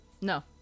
No